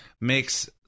makes